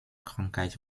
krankheit